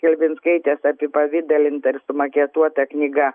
chlebinskaitės apipavidalinta ir sumaketuota knyga